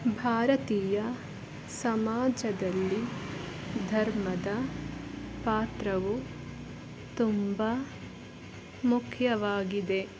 ಭಾರತೀಯ ಸಮಾಜದಲ್ಲಿ ಧರ್ಮದ ಪಾತ್ರವು ತುಂಬ ಮುಖ್ಯವಾಗಿದೆ